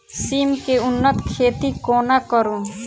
सिम केँ उन्नत खेती कोना करू?